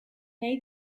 nahi